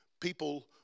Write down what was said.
people